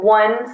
one